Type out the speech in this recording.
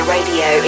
Radio